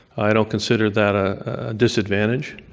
i don't consider that a disadvantage.